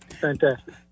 Fantastic